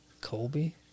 Colby